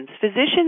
Physicians